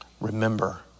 remember